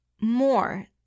more